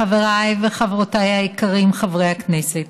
חבריי וחברותיי היקרים, חברי הכנסת,